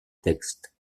texte